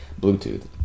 Bluetooth